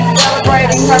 celebrating